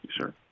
sure